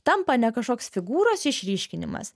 tampa ne kažkoks figūros išryškinimas